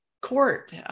Court